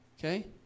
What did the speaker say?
okay